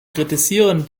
kritisieren